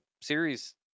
series